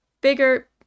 bigger